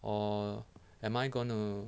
or am I going to